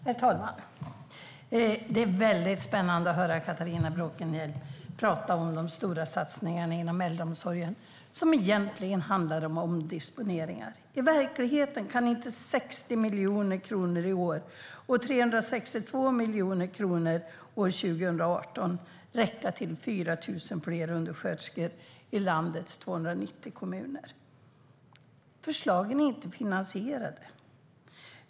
Herr talman! Det är väldigt spännande att höra Catharina Bråkenhielm prata om de stora satsningarna inom äldreomsorgen, som egentligen handlar om omdisponeringar. I verkligheten kan inte 60 miljoner kronor i år och 362 miljoner kronor år 2018 räcka till 4 000 fler undersköterskor i landets 290 kommuner. Förslagen är inte finansierade.